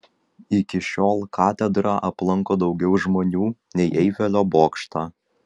iki šiol katedrą aplanko daugiau žmonių nei eifelio bokštą